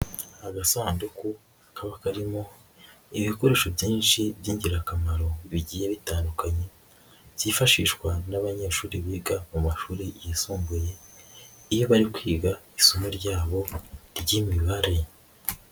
Agasanduku kaba karimo ibikoresho byinshi b'ingirakamaro bigiye bitandukanye byifashishwa n'abanyeshuri biga mu mashuri yisumbuye iyo bari kwiga isomo ryabo ry'imibare.